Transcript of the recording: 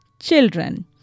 children